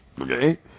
okay